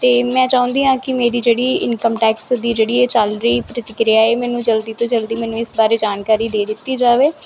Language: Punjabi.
ਅਤੇ ਮੈਂ ਚਾਹੁੰਦੀ ਹਾਂ ਕਿ ਮੇਰੀ ਜਿਹੜੀ ਇਨਕਮ ਟੈਕਸ ਦੀ ਜਿਹੜੀ ਇਹ ਚੱਲ ਰਹੀ ਪ੍ਰਤੀਕਿਰਿਆ ਹੈ ਮੈਨੂੰ ਜਲਦੀ ਤੋਂ ਜਲਦੀ ਮੈਨੂੰ ਇਸ ਬਾਰੇ ਜਾਣਕਾਰੀ ਦੇ ਦਿੱਤੀ ਜਾਵੇ